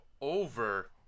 over